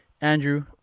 Andrew